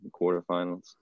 quarterfinals